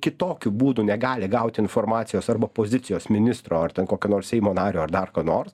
kitokiu būdu negali gauti informacijos arba pozicijos ministro ar ten kokio nors seimo nario ar dar ko nors